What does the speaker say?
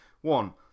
one